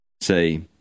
Say